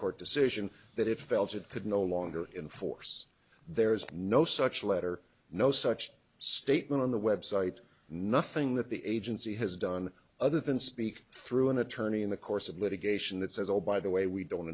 court decision that it felt it could no longer in force there is no such letter no such statement on the website nothing that the agency has done other than speak through an attorney in the course of litigation that says oh by the way we don't